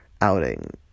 outing